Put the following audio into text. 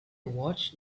watched